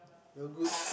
not good